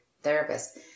therapist